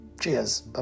Cheers